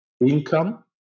income